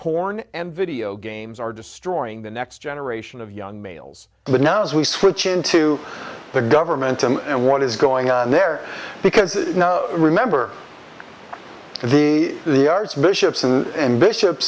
porn and video games are destroying the next generation of young males but now as we switch into the government and what is going on there because remember the the archbishops and bishop